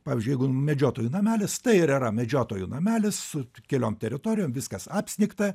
pavyzdžiui jeigu medžiotojų namelis tai yra ir medžiotojų namelis su keliom teritorijom viskas apsnigta